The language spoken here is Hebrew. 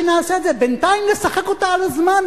בינתיים נשחק אותה על הזמן,